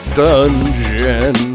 dungeon